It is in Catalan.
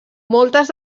moltes